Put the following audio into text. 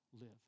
live